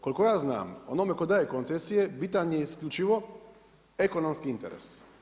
Koliko ja znam onome tko daje koncesije bitan je isključivo ekonomski interes.